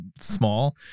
small